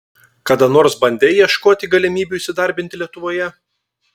kada nors bandei ieškoti galimybių įsidarbinti lietuvoje